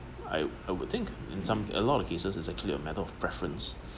I I would think in some a lot of cases is actually a matter of preference